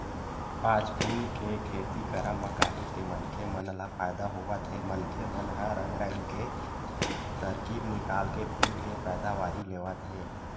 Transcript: आज फूल के खेती करब म काहेच के मनखे मन ल फायदा होवत हे मनखे मन ह रंग रंग के तरकीब निकाल के फूल के पैदावारी लेवत हे